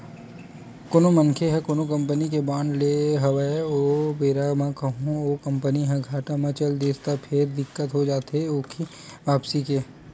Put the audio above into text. कोनो मनखे ह कोनो कंपनी के बांड लेय हवय ओ बेरा म कहूँ ओ कंपनी ह घाटा म चल दिस त फेर दिक्कत हो जाथे ओखी वापसी के